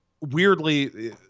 weirdly